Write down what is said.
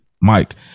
Mike